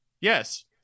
Yes